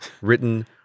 written